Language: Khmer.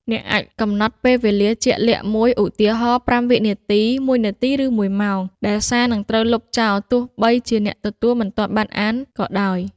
អ្នកអាចកំណត់ពេលវេលាជាក់លាក់មួយ (ឧទាហរណ៍ ៥ វិនាទី ១ នាទី ឬ ១ ម៉ោង) ដែលសារនឹងត្រូវលុបចោល ទោះបីជាអ្នកទទួលមិនទាន់បានអានក៏ដោយ។